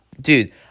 Dude